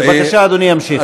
בבקשה, אדוני ימשיך.